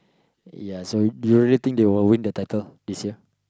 ya so you really think they will win the title this year